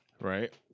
Right